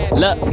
look